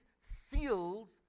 seals